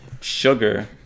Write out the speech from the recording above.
Sugar